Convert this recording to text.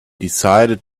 decided